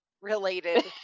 related